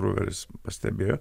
bruveris pastebėjo